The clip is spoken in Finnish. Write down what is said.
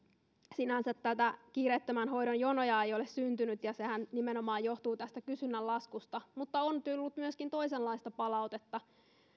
sinänsä kiireettömän hoidon jonoja ei ole syntynyt ja sehän nimenomaan johtuu tästä kysynnän laskusta mutta on tullut myöskin toisenlaista palautetta